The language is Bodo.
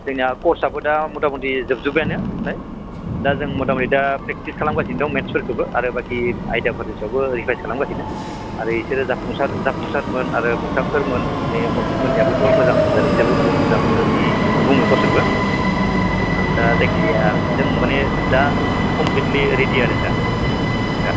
जोंनिया कर्सआ दा मथामथि जोबजुब्बायानो फ्राय दा जों मथामथि दा प्रेक्टिस खालामगासिनो दं मेट्सफोरखोबो आरो बाखि आयदाफोरनि सायावबो रिभाइस खालामगासिनो आरो इसोरो जाफुंसार जाफुंसारमोन आरो मोगथांखोरमोन बे मनजितमोननियाबोथ' मोजां आरो बिसोरबो बुहुद मोजां होननानै बुङो गावसोरबो ओ दा जायखिजाया जों माने दा कमप्लिटलि रेडि आरो सार जों दा